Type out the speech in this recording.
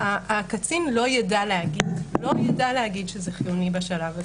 הקצין לא יידע להגיד שזה חיוני בשלב הזה.